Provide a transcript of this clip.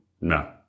no